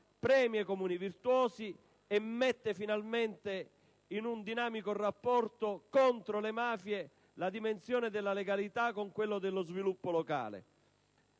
premia i Comuni virtuosi e mette finalmente in un dinamico rapporto contro le mafie la dimensione della legalità con quella dello sviluppo locale.